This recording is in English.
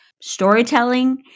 storytelling